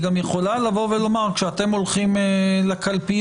היא גם יכולה לבוא ולומר: כשאתם הולכים לקלפיות,